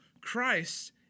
Christ